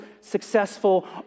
successful